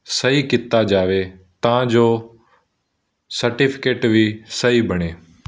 ਸਹੀ ਕੀਤਾ ਜਾਵੇ ਤਾਂ ਜੋ ਸਰਟੀਫਿਕੇਟ ਵੀ ਸਹੀ ਬਣੇ